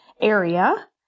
area